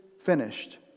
finished